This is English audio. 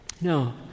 No